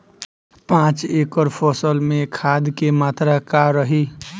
पाँच एकड़ फसल में खाद के मात्रा का रही?